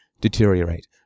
deteriorate